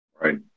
Right